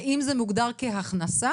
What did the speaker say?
האם זה מוגדר כהכנסה